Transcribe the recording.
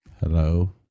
Hello